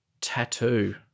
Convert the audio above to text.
tattoo